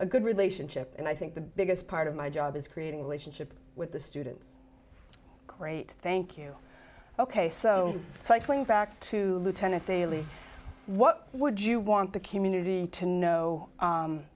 a good relationship and i think the biggest part of my job is creating a relationship with the students great thank you ok so cycling back to lieutenant daily what would you want the community to know